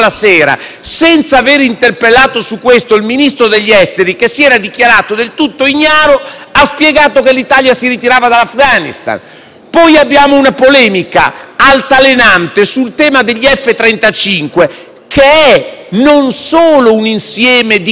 ha spiegato che l'Italia si ritirava dall'Afganistan; poi abbiamo una polemica altalenante sul tema degli F-35, che è non solo un insieme di commesse negoziate, ma anche un insieme di impegni presi a livello internazionale. Andiamo avanti: